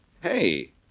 Hey